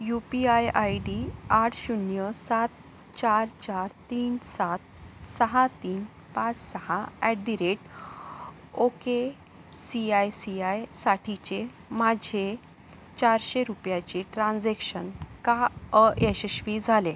you P I I D आठ शून्य सात चार चार तीन सात सहा तीन पाच सहा at the rate okay C I C I साठीचे माझे चारशे रुपयाचे ट्रान्झॅक्शन का अयशस्वी झाले